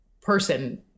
person